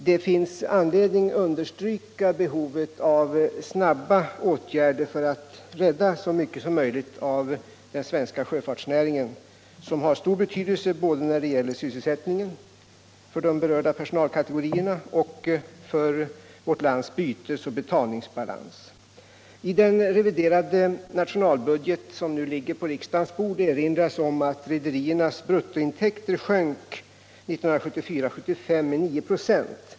Det finns anledning understryka behovet av snabba åtgärder för att rädda så mycket som möjligt av den 19 svenska sjöfartsnäringen, som har stor betydelse både när det gäller sysselsättningen för de berörda personalkategorierna och för vårt lands bytesoch betalningsbalans. I den reviderade nationalbudget som nu ligger på riksdagens bord erinras om att rederiernas bruttointäkter 1974-1975 sjönk med 9 96.